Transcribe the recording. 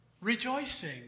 rejoicing